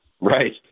Right